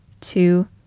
two